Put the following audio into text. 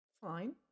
fine